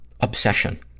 obsession